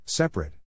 Separate